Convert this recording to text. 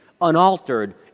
unaltered